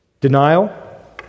Denial